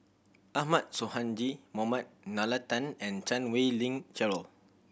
Ahmad Sonhadji Mohamad Nalla Tan and Chan Wei Ling Cheryl